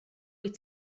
wyt